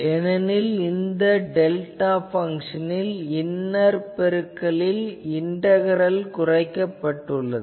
ஏனெனில் இந்த டெல்டா பங்ஷனில் இன்னர் பெருக்கலில் இண்டகரல் குறைக்கப்பட்டுள்ளது